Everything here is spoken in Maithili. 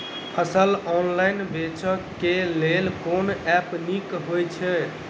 फसल ऑनलाइन बेचै केँ लेल केँ ऐप नीक होइ छै?